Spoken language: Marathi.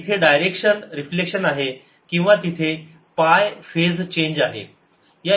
तिथे डायरेक्शन रिफ्लेक्शन आहे किंवा तिथे पाय फेज चेंज आहे